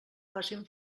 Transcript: facin